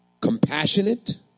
compassionate